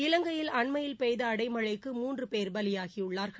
இலங்கையில் அண்மையில் பெய்த அடைமழைக்கு மூன்று பேர் பலியாகியுள்ளார்கள்